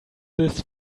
this